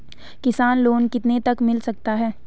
किसान लोंन कितने तक मिल सकता है?